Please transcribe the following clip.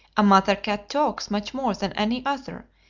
a mother cat talks much more than any other,